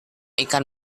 ikan